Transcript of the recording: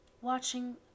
watching